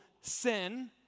sin